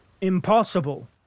Impossible